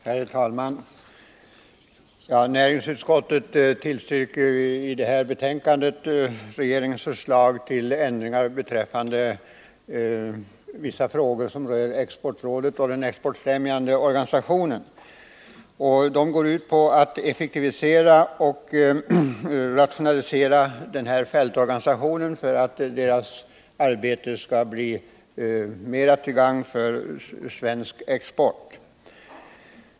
Herr talman! Näringsutskottet tillstyrker i sitt betänkande nr 20 regeringens förslag till ändringar beträffande vissa frågor som rör Exportrådet och den exportfrämjande organisationen. De går ut på att effektivisera och rationalisera denna fältorganisation för att dess arbete skall bli till ökat gagn för svensk export.